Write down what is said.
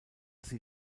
sie